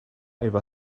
efo